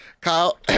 Kyle